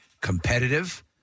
competitive